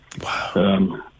Wow